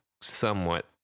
somewhat